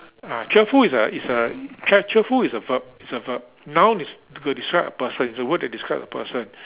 uh cheerful is a is a cheer~ cheerful is a verb is a verb noun is to describe a person is a word to describe a person